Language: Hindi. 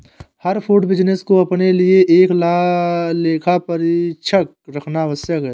हर फूड बिजनेस को अपने लिए एक लेखा परीक्षक रखना आवश्यक है